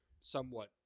somewhat